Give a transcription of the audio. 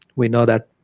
we know that